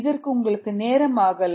இதற்கு உங்களுக்கு நேரம் ஆகலாம்